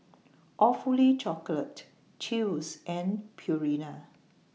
Awfully Chocolate Chew's and Purina